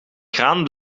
kraan